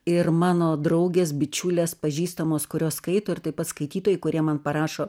ir mano draugės bičiulės pažįstamos kurios skaito ir taip pat skaitytojai kurie man parašo